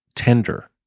tender